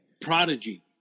Prodigy